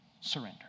surrender